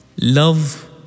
love